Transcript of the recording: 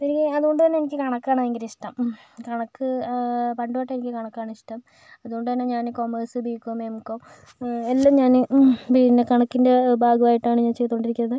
പിന്നെ അത് കൊണ്ട് തന്നെ എനിക്ക് കണക്കാണ് ഭയങ്കര ഇഷ്ടം കണക്ക് പണ്ട് തൊട്ടേ എനിക്ക് കണക്കാണ് ഇഷ്ടം അത് കൊണ്ട് തന്നെ ഞാൻ commerce B com M com എല്ലാം ഞാൻ പിന്നെ കണക്കിൻ്റെ ഭാഗമായിട്ടാണ് ഞാൻ ചെയ്തു കൊണ്ടിരിക്കുന്നത്